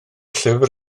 llyfr